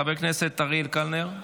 חבר הכנסת אריאל קלנר,